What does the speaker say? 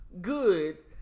good